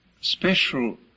special